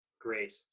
great